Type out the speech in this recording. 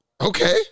Okay